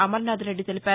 అమర్నాథ్ రెడ్డి తెలిపారు